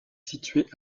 située